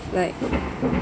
like